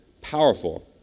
powerful